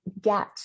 get